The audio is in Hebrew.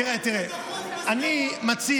אתם הולכים להצביע